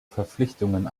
verpflichtungen